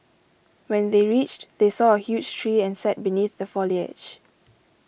when they reached they saw a huge tree and sat beneath the foliage